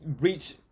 reach